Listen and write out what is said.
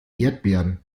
erdbeeren